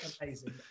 Amazing